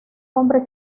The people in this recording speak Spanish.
hombre